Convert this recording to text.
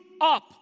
up